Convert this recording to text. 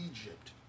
Egypt